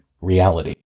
reality